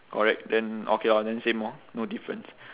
correct then okay orh then same orh no difference